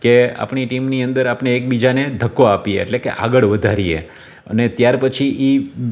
કે આપણી ટીમની અંદર આપણે એકબીજાને ધક્કો આપીએ એટલે કે આગળ વધારીએ અને ત્યાર પછી એ